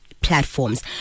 platforms